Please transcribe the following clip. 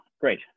Great